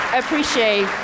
appreciate